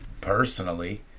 personally